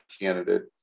candidate